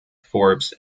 forbs